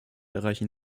erreichen